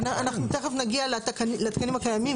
אנחנו תכף נגיע לתקנים הקיימים.